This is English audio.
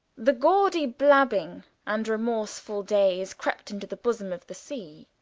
the gaudy blabbing and remorsefull day, is crept into the bosome of the sea